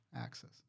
axis